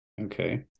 okay